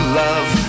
love